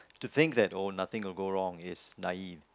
to think that oh nothing will go wrong is naive